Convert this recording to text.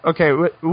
okay